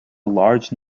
large